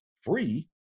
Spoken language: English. free